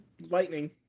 lightning